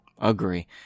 Agree